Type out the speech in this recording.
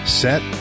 set